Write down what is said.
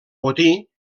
botí